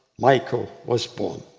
michael, was born.